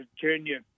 junior